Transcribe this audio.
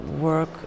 work